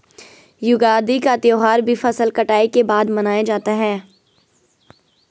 युगादि का त्यौहार भी फसल कटाई के बाद मनाया जाता है